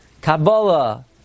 Kabbalah